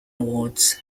awards